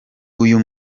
uyu